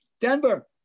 Denver